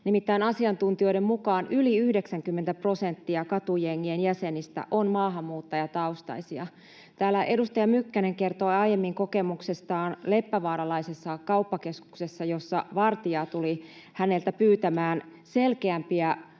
Nimittäin asiantuntijoiden mukaan yli 90 prosenttia katujengien jäsenistä on maahanmuuttajataustaisia. Täällä edustaja Mykkänen kertoi aiemmin kokemuksestaan leppävaaralaisessa kauppakeskuksessa, jossa vartija tuli häneltä pyytämään selkeämpiä,